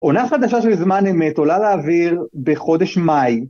עונה חדשה של זמן אמת עולה לאוויר בחודש מאי.